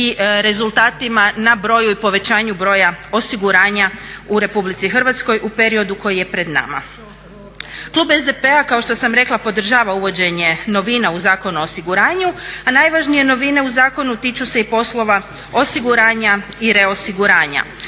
i rezultatima na broju i povećanju broja osiguranja u Republici Hrvatskoj u periodu koji je pred nama. Klub SDP-a kao što sam rekla podržava uvođenje novina u Zakonu o osiguranju a najvažnije novine u zakonu tiču se i poslova osiguranja i reosiguranja.